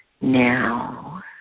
Now